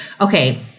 Okay